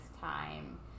time